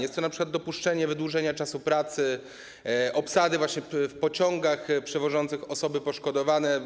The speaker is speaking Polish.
Jest to np. dopuszczenie wydłużenia czasu pracy i zwiększenie obsady w pociągach przewożących osoby poszkodowane.